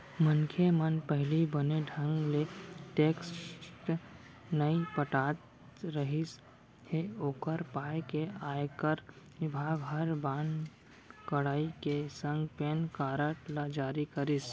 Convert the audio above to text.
मनखे मन पहिली बने ढंग ले टेक्स नइ पटात रिहिस हे ओकर पाय के आयकर बिभाग हर बड़ कड़ाई के संग पेन कारड ल जारी करिस